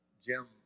Jim